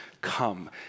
come